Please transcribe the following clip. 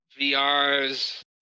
VR's